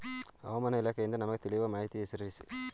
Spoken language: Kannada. ಹವಾಮಾನ ಇಲಾಖೆಯಿಂದ ನಮಗೆ ತಿಳಿಯುವ ಮಾಹಿತಿಗಳನ್ನು ಹೆಸರಿಸಿ?